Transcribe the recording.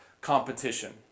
competition